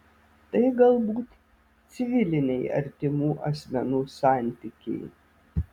tai galbūt civiliniai artimų asmenų santykiai